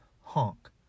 honk